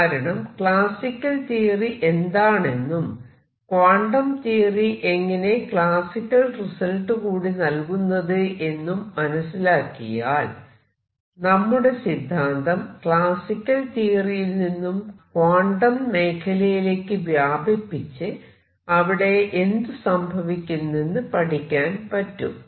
കാരണം classical theory എന്താണെന്നും quantum theory എങ്ങനെ ക്ലാസിക്കൽ റിസൾട്ട് കൂടി നൽകുന്നത് എന്നും മനസിലാക്കിയാൽ നമ്മുടെ സിദ്ധാന്തം ക്ലാസിക്കൽ തിയറിയിൽ നിന്നും ക്വാണ്ടം മേഖലയിലേക്ക് കൂടി വ്യാപിപ്പിച്ച് അവിടെ എന്ത് സംഭവിക്കുന്നെന്നു പഠിക്കാൻ പറ്റും